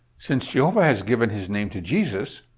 since jehovah has given his name to jesus,